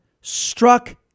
struck